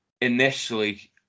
initially